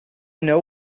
know